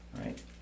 Right